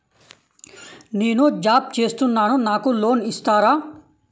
నేను జాబ్ చేస్తున్నాను నాకు లోన్ ఇస్తారా?